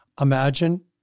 imagine